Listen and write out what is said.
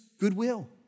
goodwill